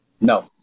No